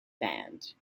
banned